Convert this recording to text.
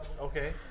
Okay